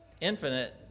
infinite